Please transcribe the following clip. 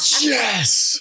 Yes